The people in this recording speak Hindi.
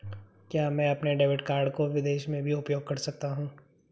क्या मैं अपने डेबिट कार्ड को विदेश में भी उपयोग कर सकता हूं?